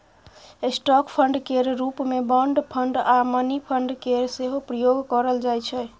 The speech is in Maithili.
स्टॉक फंड केर रूप मे बॉन्ड फंड आ मनी फंड केर सेहो प्रयोग करल जाइ छै